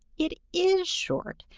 it is short!